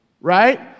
right